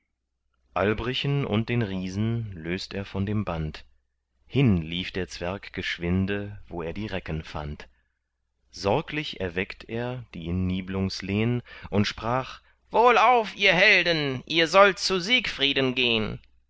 albrichen und den riesen löst er von dem band hin lief der zwerg geschwinde wo er die recken fand sorglich erweckt er die in niblungs lehn und sprach wohlauf ihr helden ihr sollt zu siegfrieden gehn